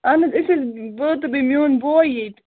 اہن حظ أسۍ حظ بٲے تہٕ بییہِ میون بوے ییٚتہِ